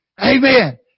Amen